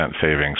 savings